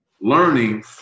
learning